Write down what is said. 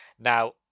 Now